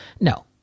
no